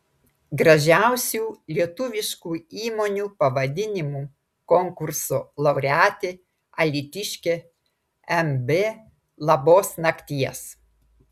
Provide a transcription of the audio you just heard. gražiausių lietuviškų įmonių pavadinimų konkurso laureatė alytiškė mb labos nakties